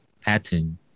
pattern